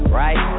right